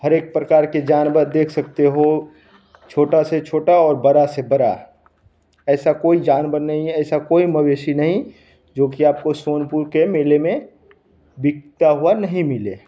हरेक प्रकार के जानवर देख सकते हो छोटा से छोटा और बड़ा से बड़ा ऐसा कोई जानवर नहीं है ऐसा कोई मवेशी नहीं जो कि आपको सोनपुर के मेले में बिकता हुआ नहीं मिले